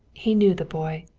he knew the boy.